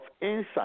insight